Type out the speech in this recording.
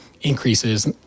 increases